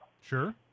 Sure